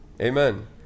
amen